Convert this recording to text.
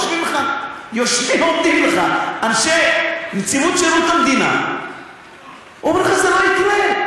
יושבים ועומדים לך אנשי נציבות שירות המדינה ואומרים לך: זה לא יקרה.